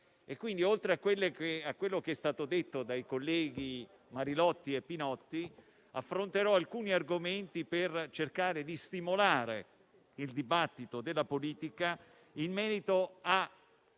oltre a quanto detto dai colleghi Marilotti e Pinotti, affronterò alcuni argomenti per cercare di stimolare il dibattito della politica in merito a